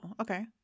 Okay